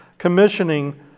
commissioning